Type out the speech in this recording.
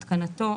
התקנתו,